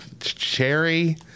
Cherry